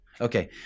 Okay